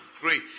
Great